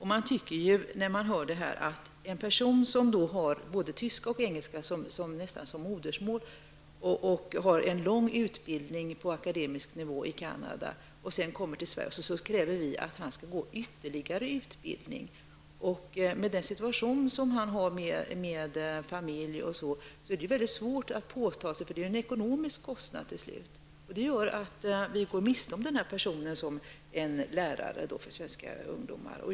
Här krävs det alltså att en person som har både tyska och engelska nästan som modersmål och som har en lång utbildning på akademisk nivå i Canada skall genomgå ytterligare utbildning när han kommer till Sverige. I den situation som han befinner sig i, med familj osv., är det mycket svårt för honom att åta sig detta. Det är ju i sista hand en ekonomisk fråga. Detta gör att vi går miste om denna person som lärare för svenska ungdomar.